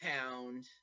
pound